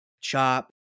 chop